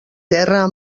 terra